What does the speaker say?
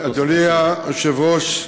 אדוני היושב-ראש,